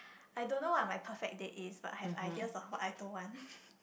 I don't know what my perfect date is but I have ideas of what I don't want